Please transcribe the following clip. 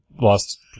lost